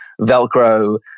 Velcro